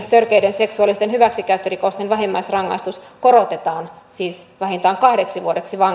seksuaalisten hyväksikäyttörikosten vähimmäisrangaistus korotetaan siis vähintään kahdeksi vuodeksi vankeutta eli